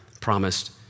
promised